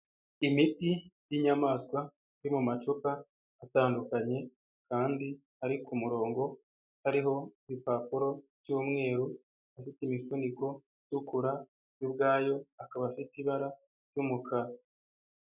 Imiti y'ininyamaswa yo mu macupa atandukanye kandi ari kumurongo, hariho ibipapuro by'umweru afite imifuniko itukura, yo ubwayo akaba afite ibara ry'umukara.